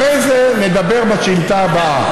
לא צריך, אחרי זה נדבר, השאילתה הבאה.